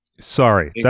Sorry